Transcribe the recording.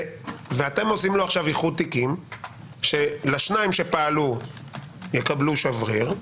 ואתם עושים לו עכשיו איחוד תיקים כך שהשניים שפעלו יקבלו שבריר.